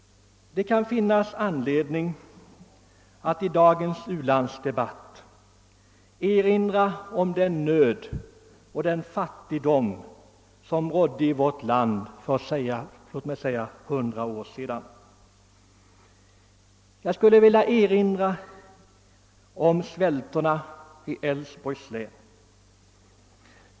Det kan finnas anledning att i dagens u-landsdebatt erinra om den nöd och den fattigdom som rådde i vårt land för 100 år sedan. Jag vill som ett exempel ta förhållandena inom Svältorna i Älvsborgs län.